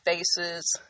spaces